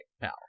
pal